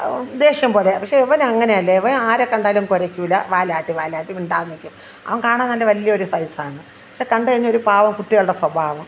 ദേഷ്യം പോലെ പക്ഷേ ഇവനങ്ങനെയല്ല ഇവൻ ആരെ കണ്ടാലും കുരയ്ക്കില്ല വാലാട്ടി വാലാട്ടി മിണ്ടാതെ നിൽക്കും അവൻ കാണാൻ നല്ല വലിയൊരു സൈസാണ് പക്ഷേ കണ്ടുകഴിഞ്ഞാൽ ഒരു പാവക്കുട്ടികളുടെ സ്വഭാവം